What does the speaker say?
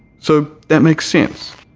so that makes sense.